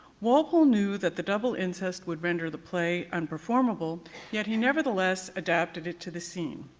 walpole knew that the double incest would render the play unperformable yet he nevertheless adapted it to the scene.